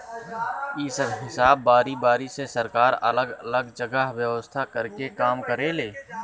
इ सब हिसाब बारी बारी से सरकार अलग अलग जगह व्यवस्था कर के काम करेले